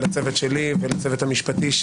לצוות שלי ולצוות המשפטי,